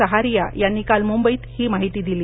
सहारिया यांनी काल मुंबईत ही माहिती दिली